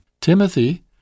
Timothy